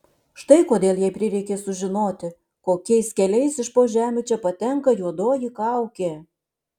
štai kodėl jai prireikė sužinoti kokiais keliais iš po žemių čia patenka juodoji kaukė